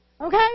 Okay